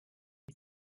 you